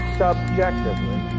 subjectively